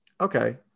Okay